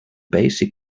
basic